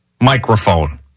microphone